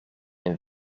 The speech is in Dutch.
een